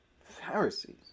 Pharisees